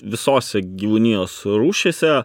visose gyvūnijos rūšyse